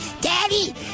daddy